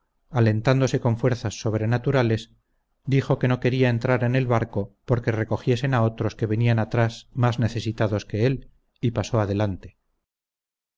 alentándose con fuerzas sobrenaturales dijo que no quería entrar en el barco porque recogiesen a otros que venían atrás más necesitados que él y pasó adelante